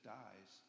dies